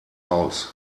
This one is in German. haus